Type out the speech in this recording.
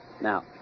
Now